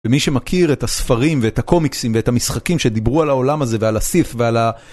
ומי שמכיר את הספרים ואת הקומיקסים ואת המשחקים שדיברו על העולם הזה ועל הסיף ועל ה...